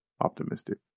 optimistic